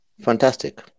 Fantastic